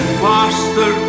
faster